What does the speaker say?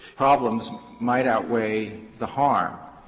problems might outweigh the harm.